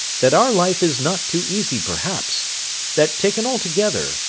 that our life is not too easy perhaps that, taken altogether,